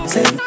Say